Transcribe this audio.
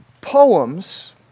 poems